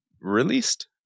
released